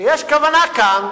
שיש כוונה או